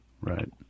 Right